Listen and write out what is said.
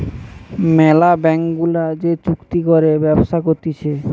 ম্যালা ব্যাঙ্ক গুলা যে চুক্তি করে ব্যবসা করতিছে